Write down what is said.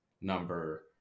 number